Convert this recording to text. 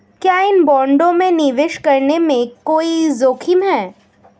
क्या इन बॉन्डों में निवेश करने में कोई जोखिम है?